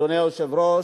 אדוני היושב-ראש,